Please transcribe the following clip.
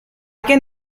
can